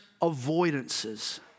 avoidances